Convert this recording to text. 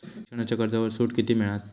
शिक्षणाच्या कर्जावर सूट किती मिळात?